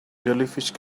jellyfish